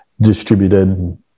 distributed